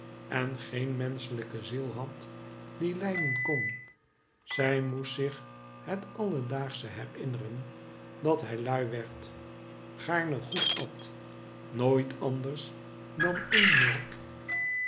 en geen menschelijke ziel had die lijden kon zij moest zich het alledaagsche herinneren dat hij lui werd gaarne goed at nooit anders dan een merk